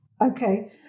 Okay